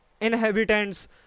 inhabitants